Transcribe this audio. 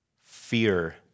fear